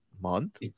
month